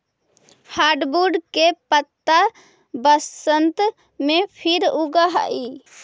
hardwood के पत्त्ता बसन्त में फिर उगऽ हई